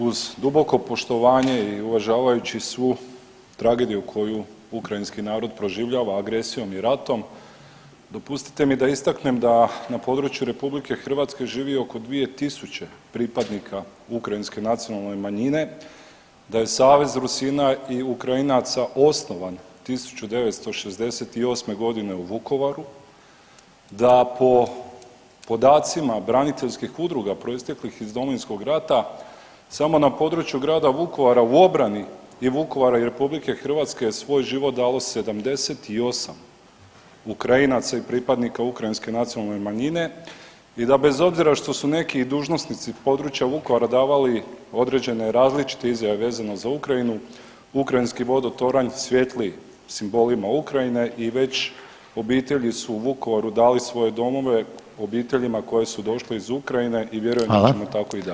Uz duboko poštovanje i uvažavajući svu tragediju koju ukrajinski narod proživljava agresijom i ratom, dopustite mi da istaknem da na području RH živi oko 2000 pripadnika Ukrajinske nacionalne manjine, da je Savez Rusina i Ukrajinaca osnovan 1968.g. u Vukovaru, da po podacima braniteljskih udruga proisteklih iz Domovinskog rata samo na području Grada Vukovara i obrani i Vukovara i RH svoj život dalo 78 Ukrajinaca i pripadnika Ukrajinske nacionalne manjine i da bez obzira što su neki dužnosnici s područja Vukovara davali određene različite izjave vezano za Ukrajinu, ukrajinski Vodotoranj svijetli simbolima Ukrajine i već obitelji u Vukovaru dali svoje domove obiteljima koji su došli iz Ukrajine i vjerujem da ćemo tako i dalje.